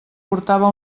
portava